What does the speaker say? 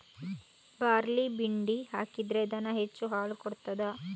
Barley ಪಿಂಡಿ ಹಾಕಿದ್ರೆ ದನ ಹೆಚ್ಚು ಹಾಲು ಕೊಡ್ತಾದ?